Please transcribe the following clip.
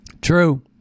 True